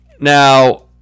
now